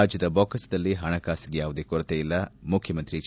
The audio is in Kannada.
ರಾಜ್ಯದ ಮೊಕ್ಕಸದಲ್ಲಿ ಹಣಕಾಸಿಗೆ ಯಾವುದೇ ಕೊರತೆಯಿಲ್ಲ ಮುಖ್ವಮಂತ್ರಿ ಹೆಚ್